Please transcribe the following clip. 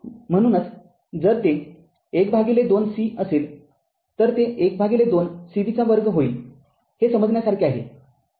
म्हणूनच जर ते १२ c असेल तर ते १२ c v २ होईल हे समजण्यासारखे आहे